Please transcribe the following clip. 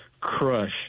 crush